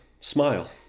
smile